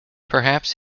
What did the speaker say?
perhaps